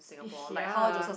ya